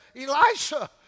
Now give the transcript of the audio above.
Elisha